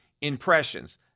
impressions